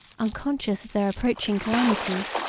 unconscious of their approaching calamities,